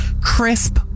crisp